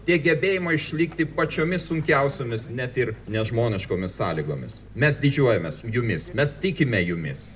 tiek gebėjimo išlikti pačiomis sunkiausiomis net ir nežmoniškomis sąlygomis mes didžiuojamės jumis mes tikime jumis